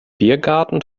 biergarten